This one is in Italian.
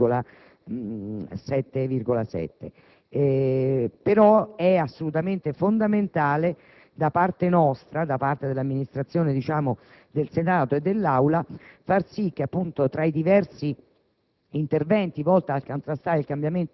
cento. Però, è assolutamente fondamentale da parte nostra, dell'Amministrazione del Senato e dell'Assemblea far sì che tra i diversi